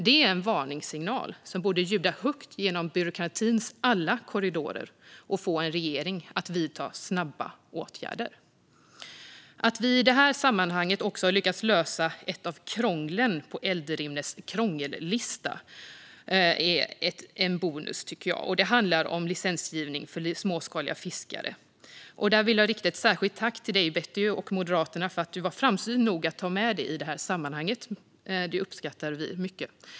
Det är en varningssignal som borde ljuda högt genom byråkratins alla korridorer och få en regering att vidta snabba åtgärder. Att vi i det här sammanhanget också har lyckats lösa ett av krånglen på Eldrimners krångellista är en bonus. Det handlar om licensgivning för småskaliga fiskare. Jag vill där rikta ett särskilt tack till dig och Moderaterna, Betty. Du var framsynt nog att ta med det i sammanhanget. Det uppskattar vi mycket.